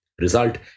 Result